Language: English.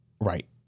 Right